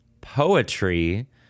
poetry